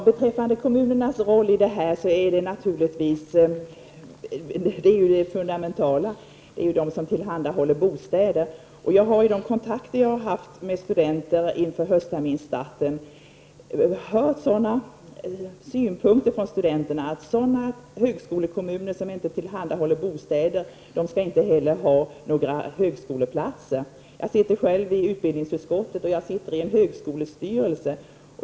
Herr talman! Kommunernas roll är naturligtvis fundamental. Det är de som tillhandahåller bostäder. Vid de kontakter jag har haft med studenter inför höstterminsstarten har jag hört synpunkten att sådana högskolekommuner som inte tillhandahåller bostäder inte heller skall ha några högskoleplatser. Jag sitter själv i utbildningsutskottet och i en högskolestyrelse.